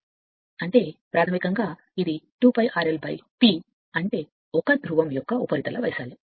అంటే ప్రాథమికంగా ఇది 2 π rl P అంటే ఒక ధ్రువం యొక్క ఉపరితల వైశాల్యం